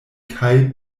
kaj